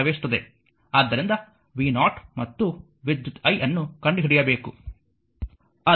ಆದ್ದರಿಂದ v0 ಮತ್ತು ವಿದ್ಯುತ್ i ಅನ್ನು ಕಂಡುಹಿಡಿಯಬೇಕು